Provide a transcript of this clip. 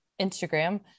Instagram